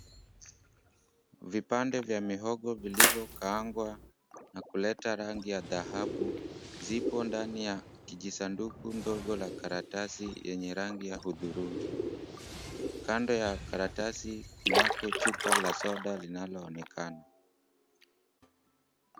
Vipande vya mohogo vilivyokaangwa na kuleta rangi ya dhahabu, zipo ndani ya kijisanduku ndogo ya karatasi yenye rangi ya udhurungi. Kando ya karatasi kunako chupa la soda linaloonekana.